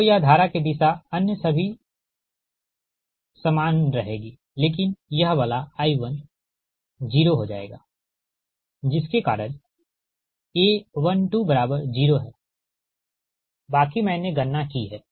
तो यह धारा की दिशा अन्य सभी समान रहेगी लेकिन यह वाला I1 0 हो जाएगा जिसके कारण A120 है बाकी मैंने गणना की है